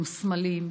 עם הסמלים,